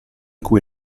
cui